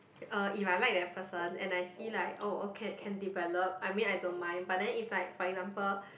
uh if I like that person and I see like oh okay can develop I mean I don't mind but then if like for example